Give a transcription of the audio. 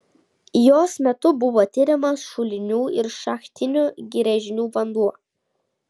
jos metu buvo tiriamas šulinių ir šachtinių gręžinių vanduo